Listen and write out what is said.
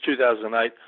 2008